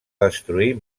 destruir